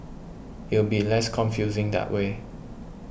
it'll be less confusing that way